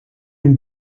une